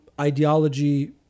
ideology